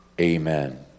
Amen